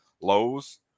Lowe's